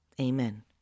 Amen